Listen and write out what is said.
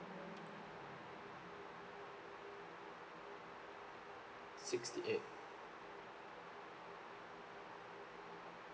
sixty eight